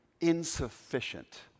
insufficient